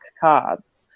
cards